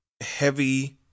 heavy